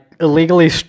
illegally